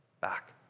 back